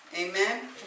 Amen